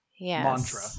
mantra